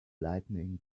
lighting